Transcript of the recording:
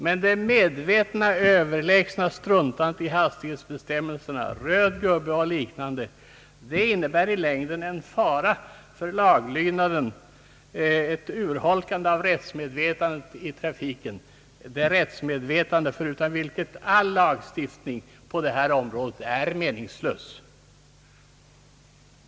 Men det medvetna, överlägsna struntandet i hastighetsbestämmelserna, röd gubbe och liknande innebär i längden en fara för laglydnaden, ett urholkande av rättsmedvetandet i trafiken, förutom vilket all lagstiftning på detta område är meningslös.